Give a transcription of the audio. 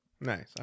Nice